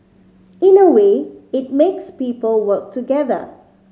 in a way it makes people work together